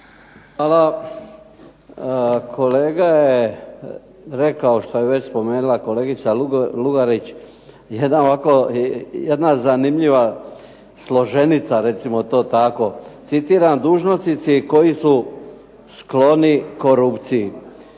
Hvala. Kolega je rekao što je već spomenula kolegica Lugarić, jedna zanimljiva složenica, recimo to tako, citiram: „Dužnosnici koji su skloni korupciji“.